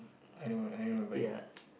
I don't I don't write